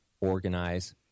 Organize